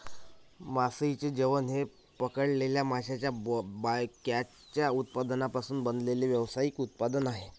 मासळीचे जेवण हे पकडलेल्या माशांच्या बायकॅचच्या उत्पादनांपासून बनवलेले व्यावसायिक उत्पादन आहे